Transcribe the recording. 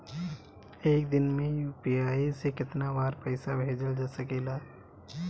एक दिन में यू.पी.आई से केतना बार पइसा भेजल जा सकेला?